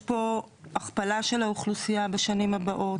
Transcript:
יש פה הכפלה של האוכלוסייה בשנים הבאות,